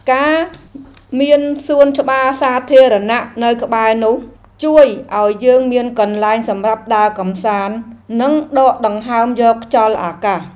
ការមានសួនច្បារសាធារណៈនៅក្បែរនោះ ជួយឱ្យយើងមានកន្លែងសម្រាប់ដើរកម្សាន្ត និងដកដង្ហើមយកខ្យល់អាកាស។